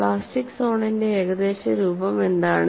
plastic സോണിന്റെ ഏകദേശ രൂപം എന്താണ്